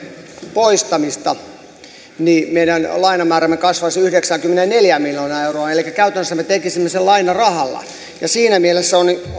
poistamista meidän lainamäärämme kasvaisi yhdeksäänkymmeneenneljään miljoonaan euroon elikkä käytännössä me tekisimme sen lainarahalla siinä mielessä